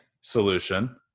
solution